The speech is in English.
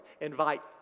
invite